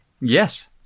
Yes